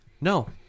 No